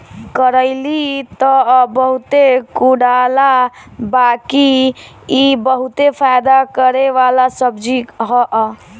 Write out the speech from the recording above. करइली तअ बहुते कड़ूआला बाकि इ बहुते फायदा करेवाला सब्जी हअ